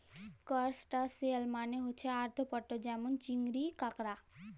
করসটাশিয়াল মালে হছে আর্থ্রপড যেমল চিংড়ি, কাঁকড়া